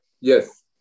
Yes